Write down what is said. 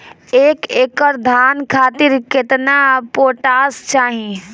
एक एकड़ धान खातिर केतना पोटाश चाही?